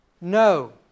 No